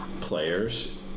players